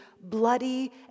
bloody